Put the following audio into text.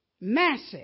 massive